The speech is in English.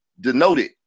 denoted